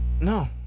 No